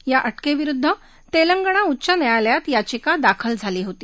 या अ केविरुद्ध तेलंगणा उच्च न्यायालयात याचिका दाखल केली होती